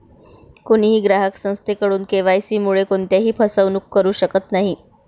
कोणीही ग्राहक संस्थेकडून के.वाय.सी मुळे कोणत्याही फसवणूक करू शकत नाही